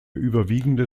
überwiegende